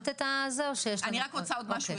שנייה.